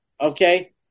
okay